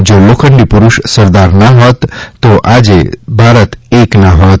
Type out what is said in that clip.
જો લોખંડી પુરૂષ સરદાર ના હોત તો આજે ભારત એક ના હોય